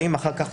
אחר כך הם באים,